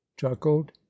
chuckled